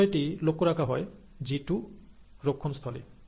এই বিষয়টি লক্ষ্য রাখা হয় জিটু রক্ষণ স্থলে